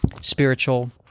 spiritual